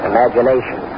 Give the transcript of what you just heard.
Imagination